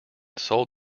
sold